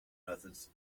methods